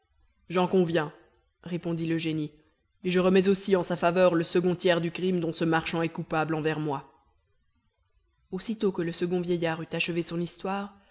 j'en conviens répondit le génie et je remets aussi en sa faveur le second tiers du crime dont ce marchand est coupable envers moi aussitôt que le second vieillard eut achevé son histoire